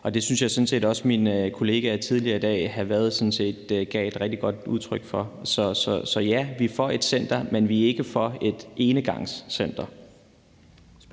jeg sådan set også at min kollega hr. Frederik Vad tidligere i dag gav rigtig godt udtryk for. Så ja, vi er for et center, men vi er ikke for et enegangscenter.